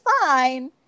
fine